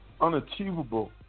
unachievable